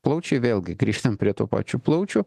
plaučiai vėlgi grįžtam prie tų pačių plaučių